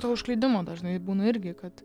to užklydimo dažnai būna irgi kad